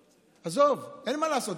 עזוב, אין מה לעשות.